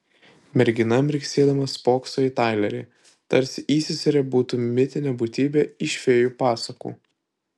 mergina mirksėdama spokso į tailerį tarsi įseserė būtų mitinė būtybė iš fėjų pasakų